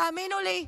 תאמינו לי,